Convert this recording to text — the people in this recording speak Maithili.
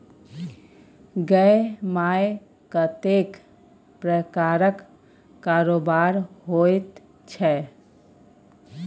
गै माय कतेक प्रकारक कारोबार होइत छै